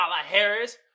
Harris